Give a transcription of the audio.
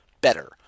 better